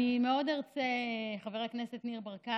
אני מאוד ארצה, אני מבקשת, חבר הכנסת ניר ברקת,